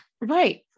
right